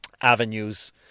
avenues